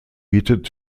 bietet